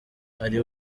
ari